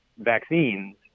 vaccines